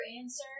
answer